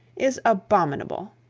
is abominable